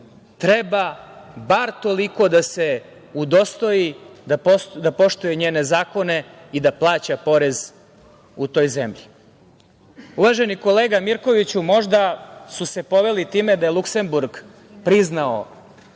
treba bar toliko da se udostoji da poštuje njene zakona i da plaća porez u toj zemlji. Uvaženi kolega Mirkoviću, možda su se poveli time da je Luksemburg priznao